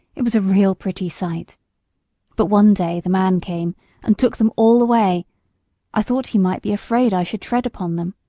it was a real pretty sight but one day the man came and took them all away i thought he might be afraid i should tread upon them.